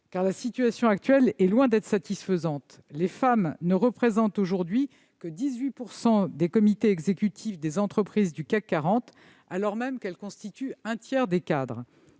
La situation actuelle est en effet loin d'être satisfaisante. Les femmes ne représentent aujourd'hui que 18 % des membres des comités exécutifs des entreprises du CAC 40, alors même qu'elles représentent un tiers des cadres.